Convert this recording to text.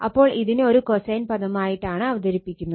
അപ്പോൾ ഇതിനെ ഒരു കോസൈൻ പദമായിട്ടാണ് അവതരിപ്പിക്കുന്നത്